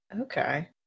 Okay